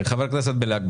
חבר הכנסת גפני,